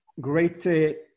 great